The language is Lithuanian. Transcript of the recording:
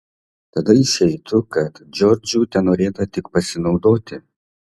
tada išeitų kad džordžu tenorėta tik pasinaudoti